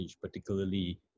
particularly